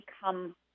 become